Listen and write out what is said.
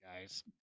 guys